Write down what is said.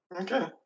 Okay